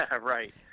Right